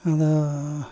ᱟᱫᱚᱻ